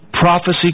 prophecy